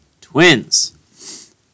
Twins